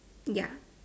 ya